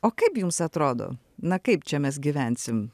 o kaip jums atrodo na kaip čia mes gyvensim